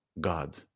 God